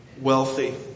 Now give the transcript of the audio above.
wealthy